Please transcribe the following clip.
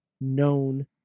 known